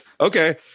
okay